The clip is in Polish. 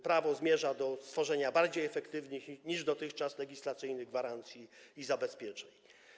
Prawo zmierza do stworzenia bardziej efektywnych niż dotychczas legislacyjnych gwarancji i zabezpieczeń.